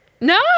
No